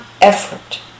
effort